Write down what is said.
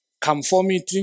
conformity